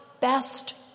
best